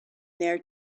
there